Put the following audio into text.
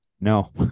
No